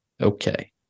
Okay